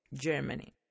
Germany